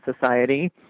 society